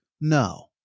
No